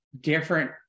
different